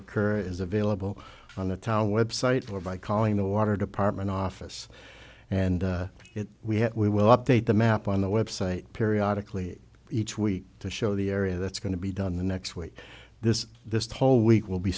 occur is available on the town website or by calling the water department office and we have we will update the map on the website periodic lead each week to show the area that's going to be done the next week this this whole week will be